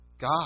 God